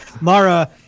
mara